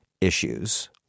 issues